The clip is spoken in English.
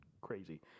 crazy